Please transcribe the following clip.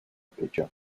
pitcher